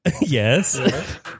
Yes